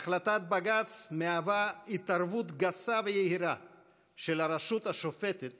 החלטת בג"ץ מהווה התערבות גסה ויהירה של הרשות השופטת